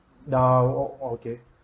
ah oh okay